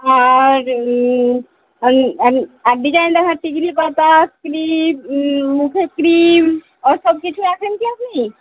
আর আর ডিজাইন দেখার টিকলি পাতা ক্লিপ মুখের ক্রিম ওসব কিছু রাখেন কি আপনি